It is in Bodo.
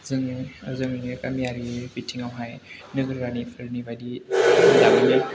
जोङो जोंनि गामियारि बिथिङावहाय नोगोरारिफोरनि बायदि